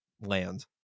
land